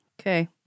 Okay